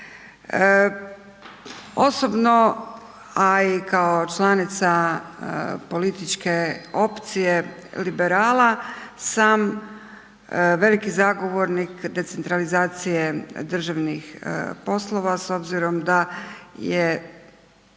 Osobno, a i kao članica političke opcije Liberala sam veliki zagovornik decentralizacije državnih poslova s obzirom da je